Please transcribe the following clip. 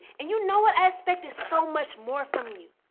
and you know what, i expected so much more from you.